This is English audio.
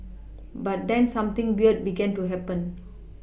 but then something weird began to happen